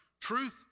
truth